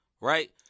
right